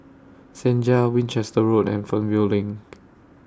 Senja Winchester Road and Fernvale LINK